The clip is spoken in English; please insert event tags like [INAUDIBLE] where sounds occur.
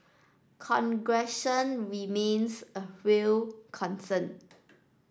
[UNINTELLIGIBLE] remains a real concern